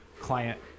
client